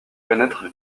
connaitre